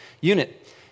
unit